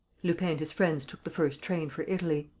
lupin and his friends took the first train for italy.